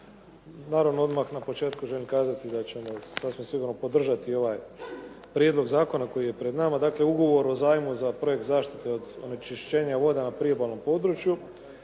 Naravno, odmah na početku želim kazati da ćemo sasvim sigurno podržati ovaj prijedlog zakona koji je pred nama, dakle Ugovor o zajmu za Projekt zaštite od onečišćenja voda na priobalnom području